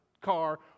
Car